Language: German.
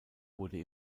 wurde